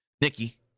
Nikki